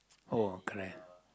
oh correct